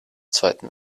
zweiten